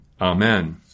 Amen